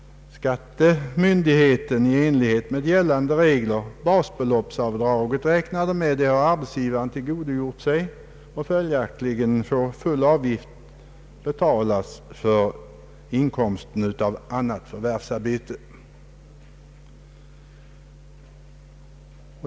Om den anställde sedan har inkomst av annat än förvärvsarbete, får han inte göra något avdrag utan själv betala avgift på hela denna del av sin inkomst.